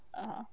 (uh huh)